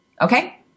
Okay